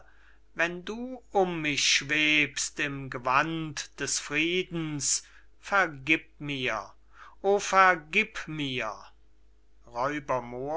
wenn du um mich schwebst im gewand des friedens vergib mir o vergib mir